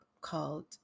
called